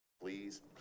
please